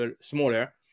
smaller